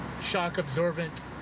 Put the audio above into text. shock-absorbent